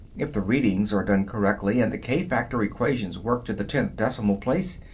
if the readings are done correctly, and the k-factor equations worked to the tenth decimal place,